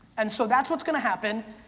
and so that's what's gonna happen.